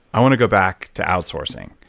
i want to go back to outsourcing.